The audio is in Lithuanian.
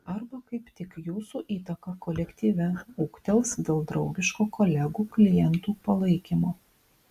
arba kaip tik jūsų įtaka kolektyve ūgtels dėl draugiško kolegų klientų palaikymo